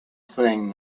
thing